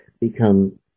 become